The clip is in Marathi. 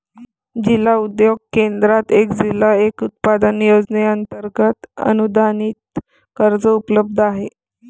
जिल्हा उद्योग केंद्रात एक जिल्हा एक उत्पादन योजनेअंतर्गत अनुदानित कर्ज उपलब्ध आहे